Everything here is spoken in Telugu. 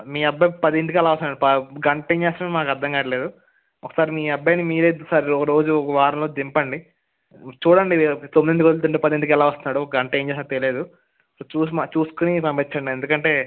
మీ అబ్బాయి పదింటికి అలా వస్తున్నాడు ప గంట ఏం చేస్తున్నాడో మాకు అర్థం కావట్లేదు ఒకసారి మీ అబ్బాయిని మీరే ఒకసారి ఒక రోజు ఒక వారంలో దింపండి చూడండి తొమ్మిదింటికి వదులుతుంటే పదింటికి ఎలా వస్తున్నాడో ఒ గంట ఏం చేస్తాడో తెలీదు చూసు చూసుకుని పంపించండి ఎందుకంటే